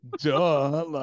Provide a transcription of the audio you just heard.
Duh